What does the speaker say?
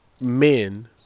Men